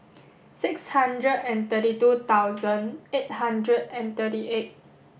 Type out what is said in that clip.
six hundred and thirty two thousand eight hundred and thirty eight